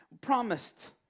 promised